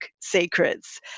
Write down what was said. secrets